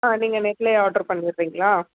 ஆ நீங்கள் நெட்லேயே ஆர்ட்ரு பண்ணிடுறீங்களா